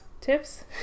Tips